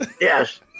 Yes